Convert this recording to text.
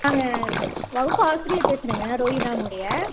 நாங்கள் வகுப்பு ஆசிரியர் பேசுறேங்க ரோஹிதாவின் உடைய